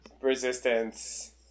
resistance